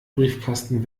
briefkasten